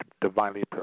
divinely